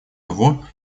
того